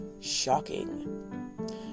shocking